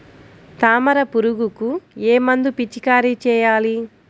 తామర పురుగుకు ఏ మందు పిచికారీ చేయాలి?